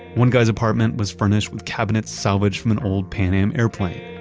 one guy's apartment was furnished with cabinets salvaged from an old pan am airplane.